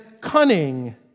cunning